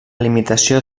limitació